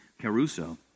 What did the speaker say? caruso